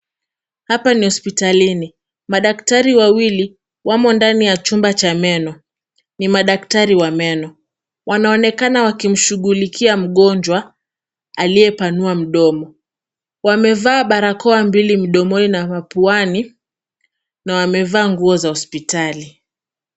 Hapa ni hospitalini. Madaktari wawili wamo ndani ya chumba cha meno. Ni madaktari wa meno. Wanaonekana wakimshughulikia mgonjwa aliyepanua mdomo. Wamevaa barakoa mbili mdomoni na mapuani na wamevaa nguo za hospitali.